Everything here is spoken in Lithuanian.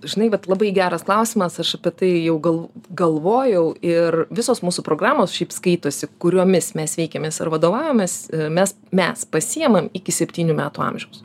žinai vat labai geras klausimas aš apie tai jau gal galvojau ir visos mūsų programos šiaip skaitosi kuriomis mes veikiamės ir vadovaujamės mes mes pasiimam iki septynių metų amžiaus